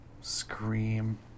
Scream